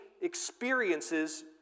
experiences